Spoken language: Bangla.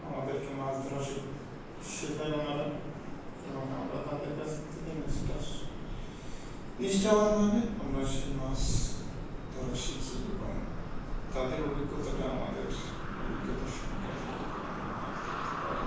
আমাদেরকে মাছ ধরা শেখায় ওনারা এবং আমরা তাদের কাছ থেকে নিষ্ঠার নিষ্ঠাবানভাবে আমরা সেই মাছ ধরা শিখি এবং তাদের অভিজ্ঞতাটা আমাদের অভিজ্ঞতার সঙ্গে কাজে লাগিয়ে আমরা মাছ ধরতে পারি